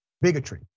bigotry